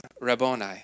Rabboni